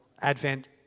Advent